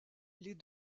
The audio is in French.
les